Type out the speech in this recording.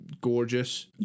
gorgeous